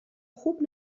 خوب